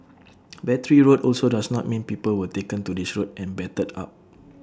Battery Road also does not mean people were taken to this road and battered up